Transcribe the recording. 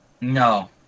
no